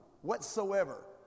whatsoever